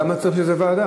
אז למה צריך בשביל זה ועדה?